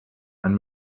and